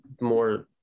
more